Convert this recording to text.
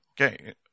okay